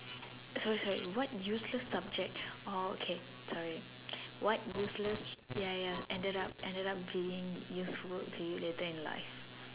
sorry sorry what useless subject oh okay sorry what useless ya ya ended up ended up being useful to you later in life